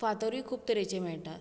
फातरूय खूब तरेचे मेळटात